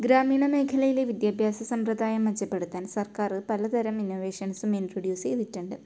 ഗ്രാമീണ മേഖലയിലെ വിദ്യാഭ്യാസ സമ്പ്രദായം മെച്ചപ്പെടുത്താൻ സർക്കാർ പലതരം ഇന്നവേഷൻസും ഇൻട്രൊഡ്യൂസ് ചെയ്തിട്ടുണ്ട്